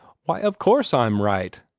why, of course i'm right,